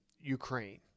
Ukraine